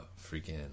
freaking